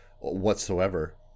whatsoever